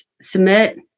submit